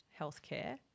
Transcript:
healthcare